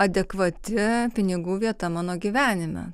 adekvati pinigų vieta mano gyvenime